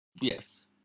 yes